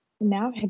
now